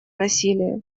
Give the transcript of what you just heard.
насилия